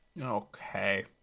Okay